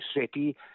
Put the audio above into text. City